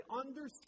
understand